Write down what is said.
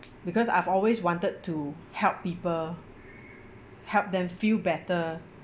because I've always wanted to help people help them feel better